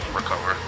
recover